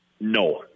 No